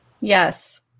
Yes